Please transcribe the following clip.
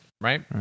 Right